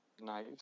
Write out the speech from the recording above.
Nice